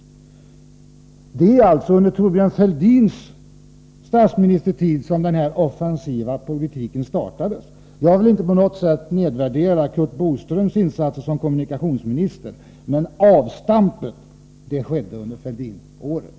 Det var alltså under Thorbjörn Fälldins statsministertid som den offensiva politiken startades. Jag vill inte på något sätt nedvärdera Curt Boströms insatser som kommunikationsminister, men avstampen skedde under Fälldinåren!